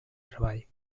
treball